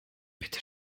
bitte